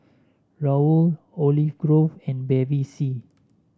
Raoul Olive Grove and Bevy C